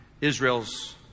Israel's